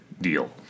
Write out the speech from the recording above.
deal